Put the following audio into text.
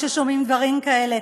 כששומעים דברים כאלה.